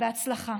בהצלחה.